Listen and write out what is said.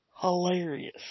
hilarious